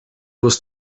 was